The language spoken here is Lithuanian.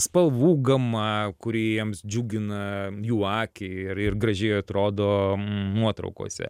spalvų gama kuri jiems džiugina jų akį ir ir gražiai atrodo nuotraukose